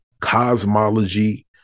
cosmology